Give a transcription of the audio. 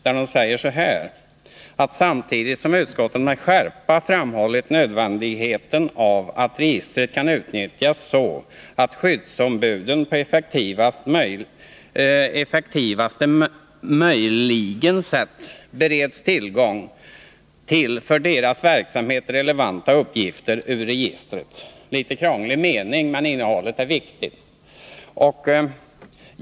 Där står det bl.a. följande: ”Samtidigt har utskottet med skärpa framhållit nödvändigheten av att registret kan utnyttjas så att skyddsombuden på effektivaste möjliga sätt bereds tillgång till för deras verksamhet relevanta uppgifter ur registret.” Det är en litet krånglig mening, men innehållet är viktigt.